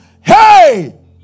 hey